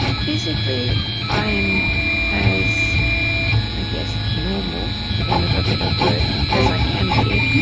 physically i am as i guess normal, for want of a better word, as i can be.